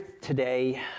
today